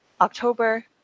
October